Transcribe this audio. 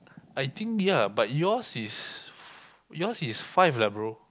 I think ya but yours is yours is five lah bro